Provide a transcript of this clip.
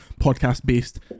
podcast-based